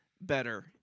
better